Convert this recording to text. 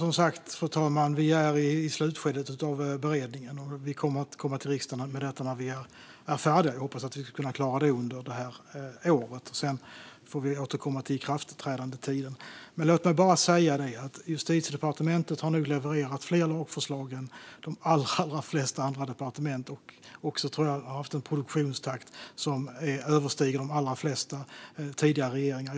Fru talman! Vi är som sagt i slutskedet av beredningen och kommer att komma till riksdagen med detta när vi är färdiga. Jag hoppas att vi ska kunna klara det under det här året. Sedan får vi återkomma till ikraftträdandetiden. Men låt mig bara säga detta: Justitiedepartementet har nu levererat fler lagförslag än de allra flesta andra departement och, tror jag, haft en produktionstakt som överstiger de allra flesta tidigare regeringars.